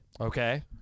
Okay